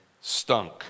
stunk